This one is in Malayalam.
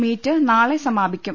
മീറ്റ് നാളെ സമാപിക്കും